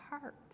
heart